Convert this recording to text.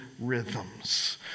rhythms